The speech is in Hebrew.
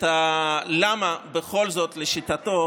למה בכל זאת לשיטתו